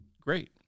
great